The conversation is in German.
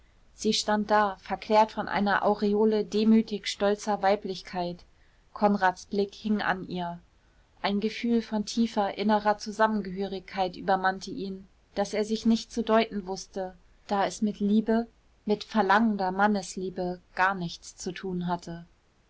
sie stand da verklärt von einer aureole demütig stolzer weiblichkeit konrads blick hing an ihr ein gefühl von tiefer innerer zusammengehörigkeit übermannte ihn das er sich nicht zu deuten wußte da es mit liebe mit verlangender mannesliebe gar nichts zu tun hatte